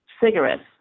cigarettes